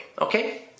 Okay